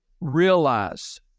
realize